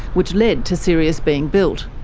which led to sirius being built.